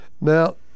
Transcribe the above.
Now